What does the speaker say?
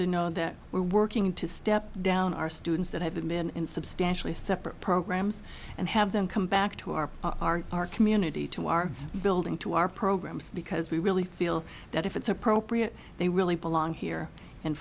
to know that we're working to step down our students that have been in substantially separate programs and have them come back to our our our community to our building to our programs because we really feel that if it's appropriate they really belong here